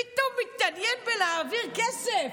שפתאום מתעניין בלהעביר כסף.